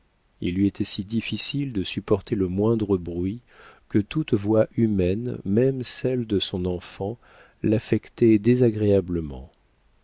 il lui était si difficile de supporter le moindre bruit que toute voix humaine même celle de son enfant l'affectait désagréablement